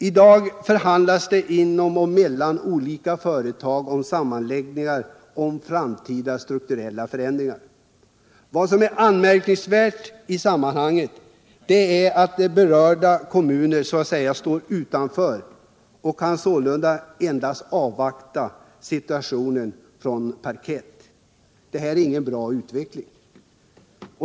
I dag förhandlas det inom och mellan olika företag om sammanläggningar och framtida strukturella förändringar. Vad som är anmärkningsvärt i sammanhanget är att berörda kommuner så att säga står utanför och sålunda endast kan avvakta utgången från parkett. Det är ingen bra utveckling.